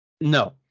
No